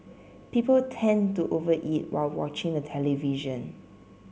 people tend to over eat while watching the television